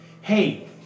Hey